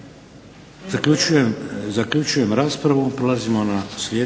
Zaključujem raspravu. Izvolite sljedeće.